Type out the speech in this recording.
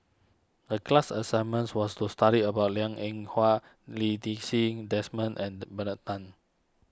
the class assignment was to study about Liang Eng Hwa Lee Ti Seng Desmond and Bernard Tan